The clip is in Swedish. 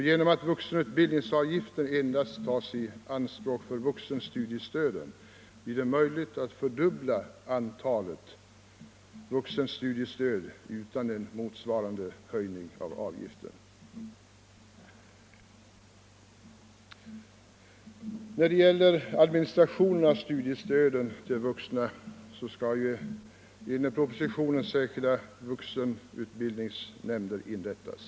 Genom att vuxenutbildningsavgiften endast tas i anspråk för vuxenstudiestöden blir det möjligt att fördubbla antalet vuxenstudiestöd utan motsvarande höjning av avgiften. För att administrera studiestöden till vuxna skall enligt propositionen särskilda vuxenutbildningsnämnder inrättas.